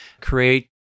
create